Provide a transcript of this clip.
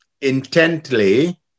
intently